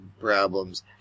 problems